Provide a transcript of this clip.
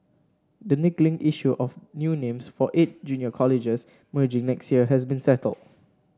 the niggling issue of new names for eight junior colleges merging next year has been settled